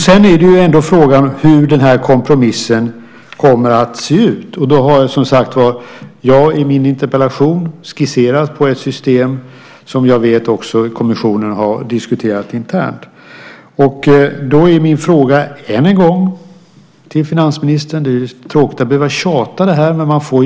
Sedan är frågan hur kompromissen kommer att se ut. Jag har i min interpellation skisserat på ett system som jag vet att kommissionen har diskuterat internt. Det är tråkigt att behöva tjata, men jag får inga svar.